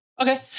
Okay